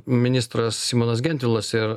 ministras simonas gentvilas ir